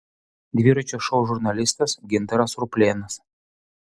dviračio šou žurnalistas gintaras ruplėnas